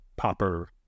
Popper